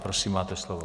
Prosím, máte slovo.